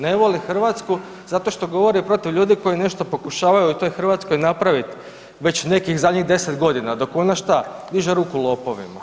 Ne voli Hrvatsku zato što govori protiv ljudi koji nešto pokušavaju u toj Hrvatskoj napravit već nekih zadnjih 10 godina, dok ona šta, diže ruku lopovima.